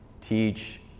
teach